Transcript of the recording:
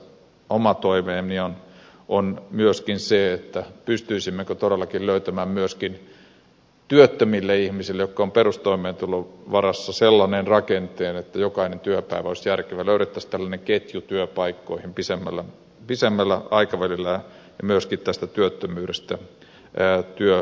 tässä oma toiveeni on myöskin se että pystyisimme todellakin löytämään myöskin työttömille ihmisille jotka ovat perustoimeentulon varassa sellaisen rakenteen että jokainen työpäivä olisi järkevä löydettäisiin tällainen ketju työpaikkoihin pidemmällä aikavälillä ja myöskin tästä työttömyydestä työpaikkaan